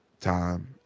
time